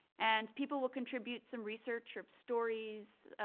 and people will contribute some research, ah stories,